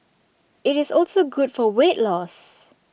IT is also good for weight loss